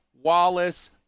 Wallace